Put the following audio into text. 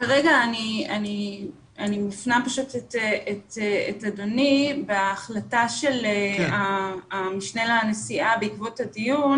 כרגע אני מפנה פשוט את אדוני בהחלטה של המשנה לנשיאה בעקבות הדיון.